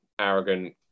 arrogant